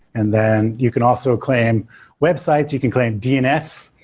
and then you can also claim websites, you can claim dns,